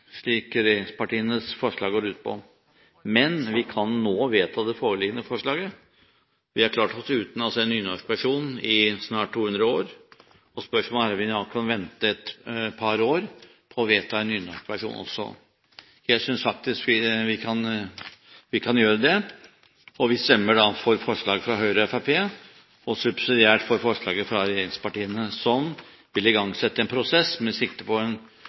slik regjeringspartienes forslag går ut på, men vi kan nå vedta det foreliggende forslaget. Vi har klart oss uten en nynorskversjon i snart 200 år, og spørsmålet er om vi da kan vente et par år på å vedta en nynorskversjon også. Jeg synes faktisk vi kan gjøre det. Vi stemmer da for forslaget fra Høyre og Fremskrittspartiet og subsidiært for forslaget fra regjeringspartiene, som vil igangsette en prosess med sikte på en